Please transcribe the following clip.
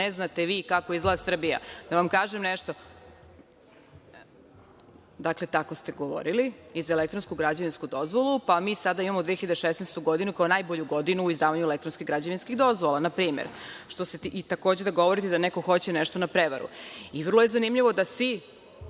Konstantinović, s mesta: Nije tačno.)Dakle, tako ste govorili i za elektronsku građevinsku dozvolu, pa mi sada imamo 2016. godinu kao najbolju godinu u izdavanju elektronskih građevinskih dozvola na primer. I takođe da govorite da neko hoće nešto na prevaru. Vrlo je zanimljivo da svi,